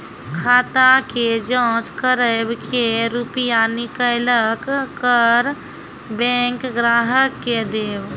खाता के जाँच करेब के रुपिया निकैलक करऽ बैंक ग्राहक के देब?